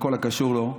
ובכל הקשור בה,